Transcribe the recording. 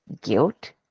guilt